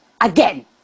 again